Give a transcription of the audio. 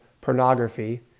pornography